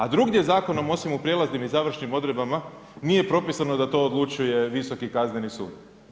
A drugdje zakonom osim u prijelaznim i završnim odredbama nije propisano da to odlučuje Visoki kazneni sud.